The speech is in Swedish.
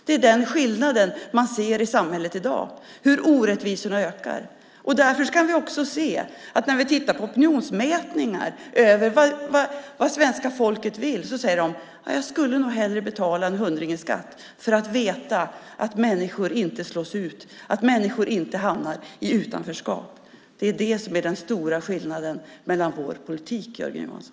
Det är den skillnaden man ser i samhället i dag. Orättvisorna ökar. I opinionsmätningar av vad svenska folket vill säger man: Jag skulle nog hellre betala en hundring i skatt för att veta att människor inte slås ut, att människor inte hamnar i utanförskap. Det är det som är den stora skillnaden mellan vår politik och er, Jörgen Johansson.